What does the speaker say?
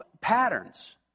patterns